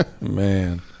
man